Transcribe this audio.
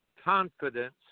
confidence